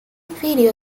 video